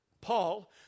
Paul